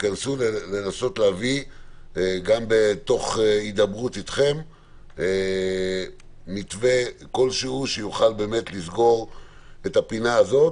ינסו להביא תוך הידברות אתכם מתווה כלשהו שיוכל לסגור את הפינה הזאת,